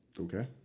Okay